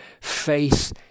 faith